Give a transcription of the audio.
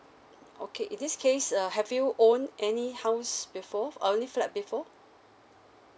okay in this case uh have you own any house before uh any flat before